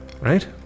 right